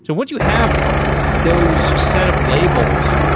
so once you have those set of labels,